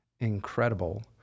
incredible